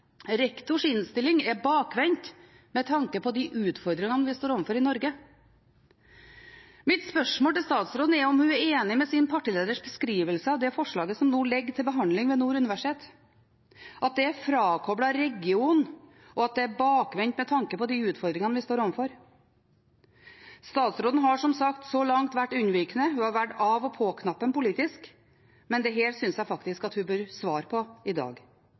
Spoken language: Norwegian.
rektors innstilling «er bakvendt med tanke på de utfordringene vi står overfor i Norge». Mitt spørsmål til statsråden er om hun er enig i sin partileders beskrivelse av det forslaget som nå ligger til behandling ved Nord universitet, at det er frakoblet regionen, og at det er bakvendt med tanke på de utfordringene vi står overfor? Statsråden har som sagt så langt vært unnvikende, hun har valgt av/på-knappen politisk, men dette syns jeg faktisk at hun bør svare på i dag.